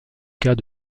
cas